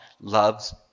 loves